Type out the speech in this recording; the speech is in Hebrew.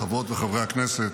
חברות וחברי הכנסת,